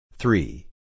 Three